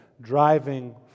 driving